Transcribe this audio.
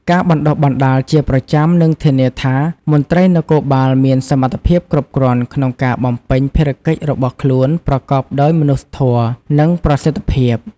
ការបណ្ដុះបណ្ដាលជាប្រចាំនឹងធានាថា មន្ត្រីនគរបាលមានសមត្ថភាពគ្រប់គ្រាន់ក្នុងការបំពេញភារកិច្ចរបស់ខ្លួនប្រកបដោយមនុស្សធម៌ និងប្រសិទ្ធភាព។